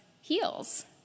heals